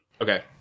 Okay